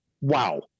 wow